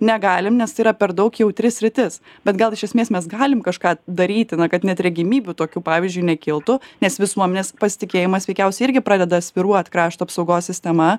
negalim nes tai yra per daug jautri sritis bet gal iš esmės mes galim kažką daryti na kad net regimybių tokių pavyzdžiui nekiltų nes visuomenės pasitikėjimas veikiausiai irgi pradeda svyruot krašto apsaugos sistema